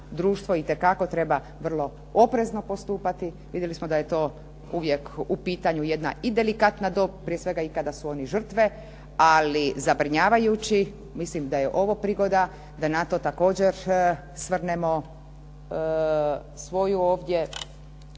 itekako treba vrlo oprezno postupati. Vidjeli smo da je to uvijek u pitanju jedna i delikatna dob, prije svega i kada su oni žrtve, ali zabrinjavajući mislim da je ovo prigoda da na to također svrnemo svoju ovdje